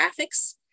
graphics